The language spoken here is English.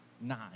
nine